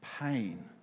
pain